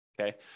Okay